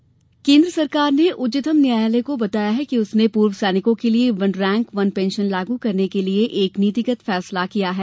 one rank pension केंद्र ने उच्चतम न्यायालय को बताया है कि उसने पूर्व सैनिकों के लिए वन रैंक वन पेंशन लागू करने के लिए एक नीतिगत फैसला किया है